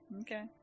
Okay